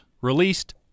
released